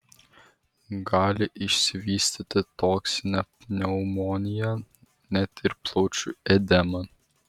gali išsivystyti toksinė pneumonija net ir plaučių edema